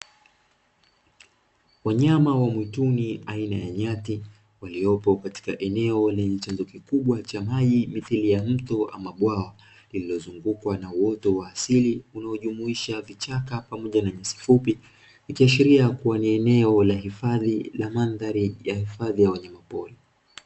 Wanyama wa mwituni aina ya nyati, waliopo katika eneo lenye chanzo kikubwa cha maji mithili ya mto ama bwawa; lililozungukwa na uoto wa asili unaojumuisha vichaka pamoja na nyasi fupi, ikiashiria kuwa ni eneo la hifadhi la mandhari ya hifadhi ya wanyamapori.